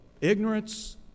ignorance